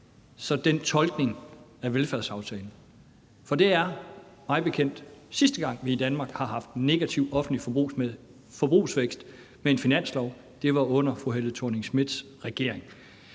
så den tolkning af velfærdsaftalen? For det er mig bekendt sidste gang, vi i Danmark har haft negativ offentlig forbrugsvækst med en finanslov; det var under fru Helle Thorning-Schmidts regering.